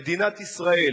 מדינת ישראל.